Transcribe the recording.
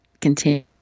continue